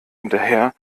hinterher